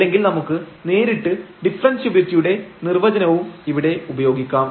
അല്ലെങ്കിൽ നമുക്ക് നേരിട്ട് ഡിഫറെൻഷ്യബിലിറ്റിയുടെ നിർവചനവും ഇവിടെ ഉപയോഗിക്കാം